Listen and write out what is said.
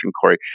Corey